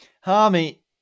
Harmy